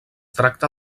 tracta